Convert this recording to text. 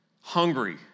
hungry